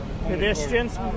pedestrians